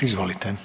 Izvolite.